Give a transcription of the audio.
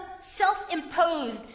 self-imposed